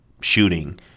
shooting